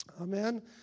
Amen